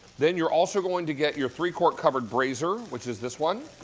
then you are also going to get your three quart covered braiser which is this one,